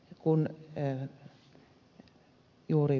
kun juuri ed